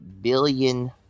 billion